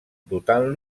dotant